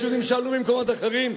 יש יהודים שעלו ממקומות אחרים,